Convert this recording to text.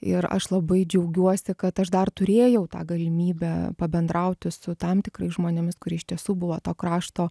ir aš labai džiaugiuosi kad aš dar turėjau tą galimybę pabendrauti su tam tikrais žmonėmis kurie iš tiesų buvo to krašto